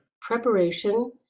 preparation